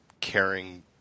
caring